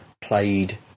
played